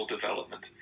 development